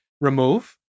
remove